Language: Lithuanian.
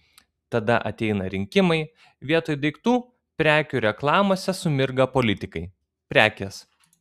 tada ateina rinkimai vietoj daiktų prekių reklamose sumirga politikai prekės